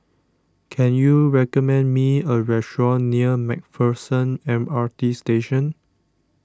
can you recommend me a restaurant near MacPherson M R T Station